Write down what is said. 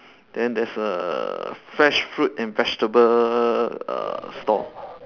then there's a fresh fruit and vegetable uh store